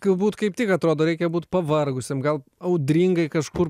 galbūt kaip tik atrodo reikia būt pavargusiam gal audringai kažkur